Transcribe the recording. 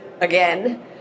again